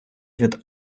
від